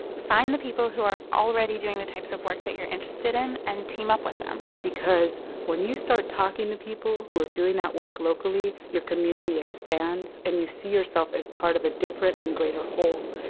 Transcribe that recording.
find the people who are already doing the types of work that you're interested in and team up with them because when you start talking to people who are doing that work locally, your community expands, and you see yourself as part of a different and greater whole.